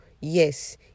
Yes